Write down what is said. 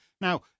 now